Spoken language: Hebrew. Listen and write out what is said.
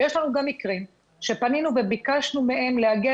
ויש לנו גם מקרים שפנינו וביקשנו מהם להגיע